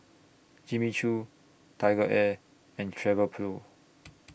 Jimmy Choo TigerAir and Travelpro